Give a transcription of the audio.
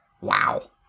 Wow